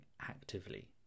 actively